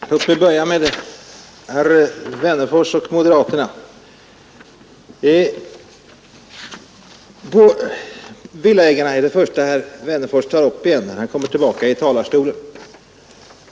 Fru talman! Låt mig börja med herr Wennerfors och moderaterna. Frågan om villaägarna var det första som herr Wennerfors tog upp när han kom tillbaka i talarstolen.